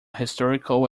historical